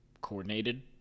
coordinated